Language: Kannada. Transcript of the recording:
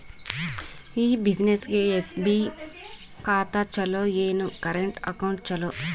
ಈ ಬ್ಯುಸಿನೆಸ್ಗೆ ಎಸ್.ಬಿ ಖಾತ ಚಲೋ ಏನು, ಕರೆಂಟ್ ಅಕೌಂಟ್ ಚಲೋ?